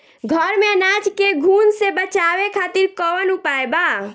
घर में अनाज के घुन से बचावे खातिर कवन उपाय बा?